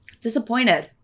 Disappointed